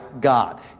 God